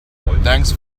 thanks